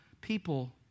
people